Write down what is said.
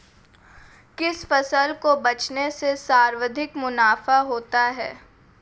किस फसल को बेचने से सर्वाधिक मुनाफा होता है?